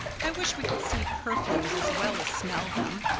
i wish we could see perfumes as well as smell them.